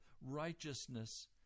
righteousness